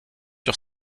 sur